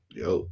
yo